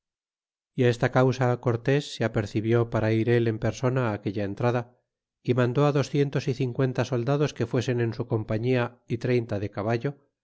y esta causa cortes se apercebió para ir él en persona aquella entrada y mandó docientos y cincuenta soldados que fuesen en su compañía y treinta de caballo